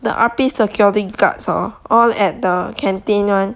the R_P security guards hor all at the canteen [one]